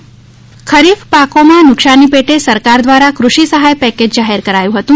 કૃષિ સહાય ખરીફ પાકોમાં નુકશાની પેટે સરકાર દ્વારા કૃષિ સહાય પેકેજ જાહેર કરાયું હતું